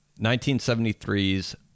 1973's